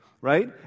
right